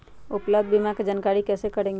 उपलब्ध बीमा के जानकारी कैसे करेगे?